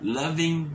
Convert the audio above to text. loving